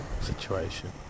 situation